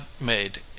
made